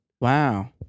Wow